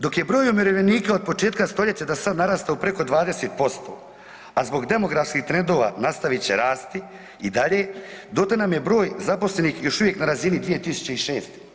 Dok je broj umirovljenika od početka stoljeća do sada narastao preko 20%, a zbog demografskih trendova nastavit će rasti i dalje, dotle nam je broj zaposlenih još uvijek na razini 2006.